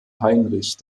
heinrich